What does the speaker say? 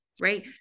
right